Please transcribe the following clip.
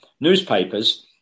newspapers